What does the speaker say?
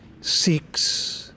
seeks